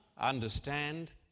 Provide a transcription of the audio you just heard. understand